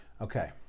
Okay